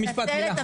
מתנצלת,